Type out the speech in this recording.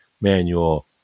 manual